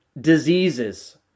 diseases